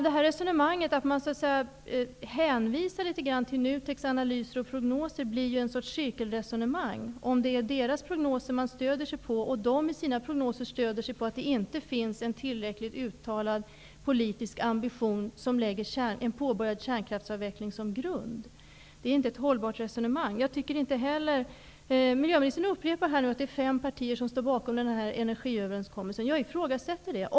Det här resonemanget, där man hänvisar till NUTEK:s analyser och prognoser, blir ett cirkelresonemang. Om det är NUTEK:s prognoser man stöder sig på och NUTEK i sina prognoser stöder sig på att det inte finns en tillräcklig uttalad politisk ambition, som lägger en påbörjad kärnkraftsavveckling som grund, är det inte ett hållbart resonemang. Miljöministern upprepar att det är fem partier som står bakom energiöverenskommelsen. Jag ifrågasätter det.